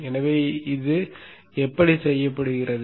எனவே இது எப்படி செய்யப்படுகிறது